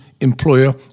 employer